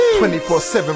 24/7